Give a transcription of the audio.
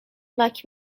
لاک